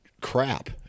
crap